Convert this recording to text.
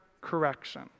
correction